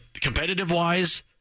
competitive-wise